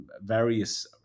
various